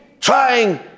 trying